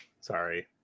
Sorry